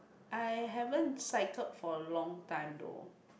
I haven't cycled for a long time though